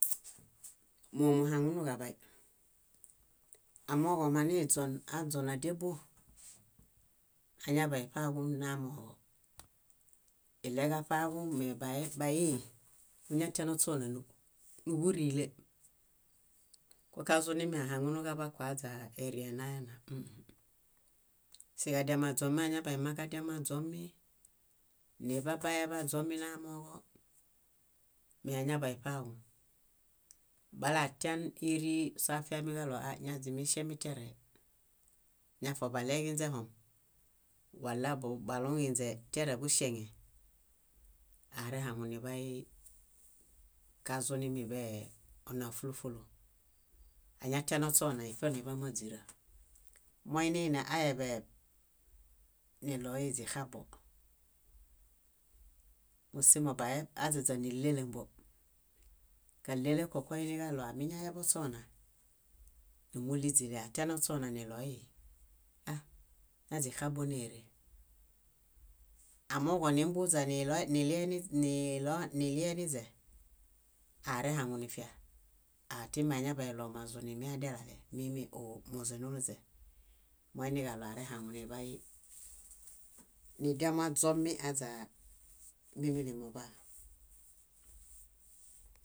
. Móo muhaŋunuġaḃay. Amooġo maniźon aźon ádiabon añaḃaiṗaġu minamooġo. Iɭeġaṗaġun me baeb baiyi buñatian ośona núḃurile. Kokazunimi ahaŋunuġaḃako aźaa ére enaena ũũ. Siġadiamaźomi añaḃaimãġadiamaźomi, niḃabaeḃaźomi namooġo, meañaḃaiṗaġu. Balaatian írii soafiamiġaɭo aɂ ñaźimiŝemitere ñafobaɭeġinźehom, wala baluŋinźe terebuŝeŋe, arehaŋuniḃay kazuniḃee ona fúlu fúlu. Añatian ośona ífoniḃamaźira. Moininiaeḃeeb, niɭoiźixabo. Mósimo baeb aźaźa nílelumbo. Kálelũko koiniġaɭo amiñaeḃośona, númuɭiźili atianośona ah naźixabo nére. Amooġo nimbuźa nile nilo ni- nilieniźe, arehaŋunifia, timiañaḃaiɭomazunimi adialale mimi óo muzunuluźe. Moiniġaɭo arehaŋuniḃay nidiamaźomi aźaa mímili muḃaa.